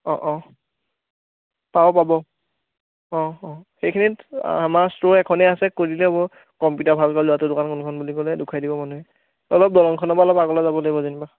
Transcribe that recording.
অঁ অঁ পাব পাব অঁ অঁ সেইখিনিত আমাৰ ষ্টোৰ এখনেই আছে কৈ দিলেই হ'ব কম্পিটাৰ ভাল কৰা ল'ৰাটোৰ দোকান কোনখন বুলি ক'লে দেখুৱাই দিব মানুহে অলপ দলঙখনৰ পৰা অলপ আগলৈ যাব লাগিব যেনিবা